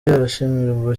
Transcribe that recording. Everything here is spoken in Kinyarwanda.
arashimirwa